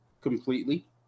completely